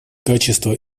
качество